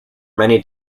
many